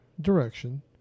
direction